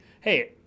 Hey